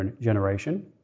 generation